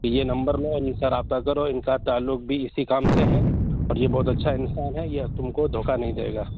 یہ نمبر لو اور ان سے رابطہ کرو ان کا تعلق بھی اسی کام سے ہے اور یہ بہت اچھا انسان ہے یہ تم کو دھوکہ نہیں دے گا